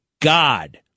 God